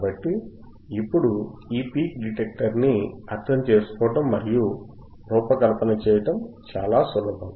కాబట్టి ఇప్పుడు ఈ పీక్ డిటెక్టర్ ని అర్థం చేసుకోవడం మరియు రూపకల్పన చేయటం చాలా సులభం